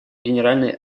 генеральной